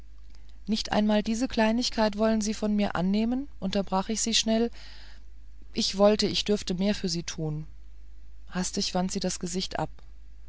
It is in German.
nicht einmal diese kleinigkeit wollen sie von mir annehmen unterbrach ich sie schnell ich wollte ich dürfte mehr für sie tun hastig wandte sie das gesicht ab